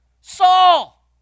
Saul